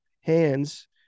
hands